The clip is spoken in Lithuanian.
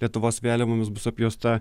lietuvos vėliavomis bus apjuosta